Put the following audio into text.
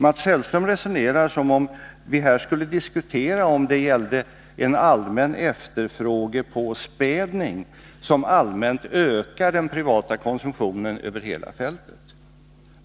Mats Hellström resonerar som om vi här skulle stå inför en allmän efterfrågepåspädning som ökar den privata konsumtionen över hela fältet.